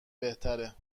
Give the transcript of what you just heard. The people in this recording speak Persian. بهتره